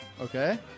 Okay